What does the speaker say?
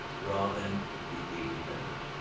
rather than be aid dependent.